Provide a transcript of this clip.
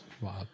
Wow